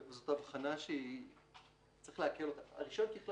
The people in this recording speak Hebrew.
זאת אבחנה שצריך לעכל אותה, הרישיון ככלל,